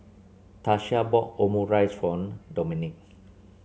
Tasha bought Omurice for Domenick